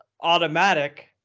automatic